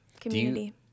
community